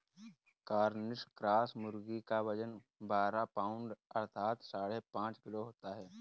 Cornish cross मुर्गी का वजन बारह पाउण्ड अर्थात साढ़े पाँच किलो होता है